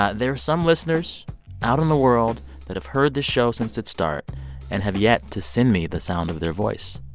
ah there are some listeners out in the world that have heard the show since its start and have yet to send me the sound of their voice.